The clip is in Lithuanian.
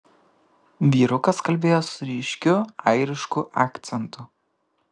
vyrukas kalbėjo su ryškiu airišku akcentu